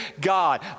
God